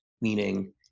meaning